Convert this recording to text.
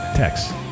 Text